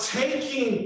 taking